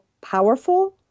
powerful